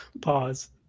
Pause